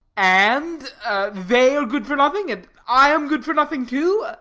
and they are good for nothing? and i am good for nothing, too?